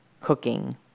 cooking